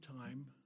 time